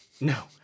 No